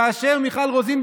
כאשר מיכל רוזין,